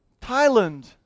Thailand